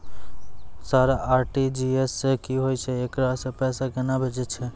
Sir RTGS की होय छै, एकरा से पैसा केना भेजै छै?